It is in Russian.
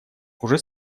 уже